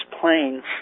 planes